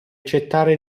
accettare